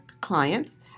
clients